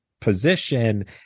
position